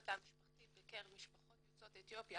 התא המשפחתי בקרב משפחות יוצאות אתיופיה